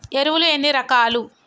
ఎరువులు ఎన్ని రకాలు?